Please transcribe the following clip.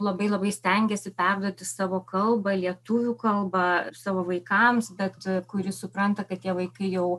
labai labai stengiasi perduoti savo kalbą lietuvių kalba ir savo vaikams bet kuri supranta kad tie vaikai jau